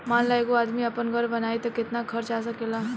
मान ल एगो आदमी आपन घर बनाइ त केतना खर्च आ सकेला